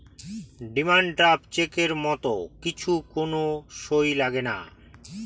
demand draft চেকের মত কিছু কোন সই লাগেনা